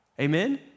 Amen